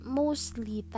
mostly